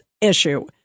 issue